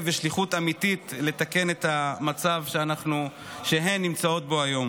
ושליחות אמיתית לתקן את המצב שהן נמצאות בו היום,